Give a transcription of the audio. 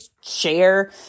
share